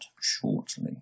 shortly